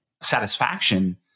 satisfaction